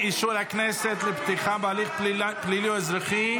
הכנסת לפתיחה בהליך פלילי או אזרחי),